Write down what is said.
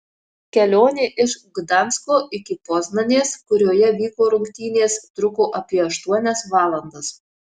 kelionė iš gdansko iki poznanės kurioje vyko rungtynės truko apie aštuonias valandas